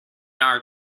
our